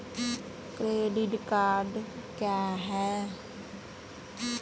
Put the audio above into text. Credit card क्या है?